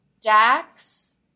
Dax